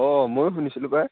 অঁ ময়ো শুনিছিলোঁ পায়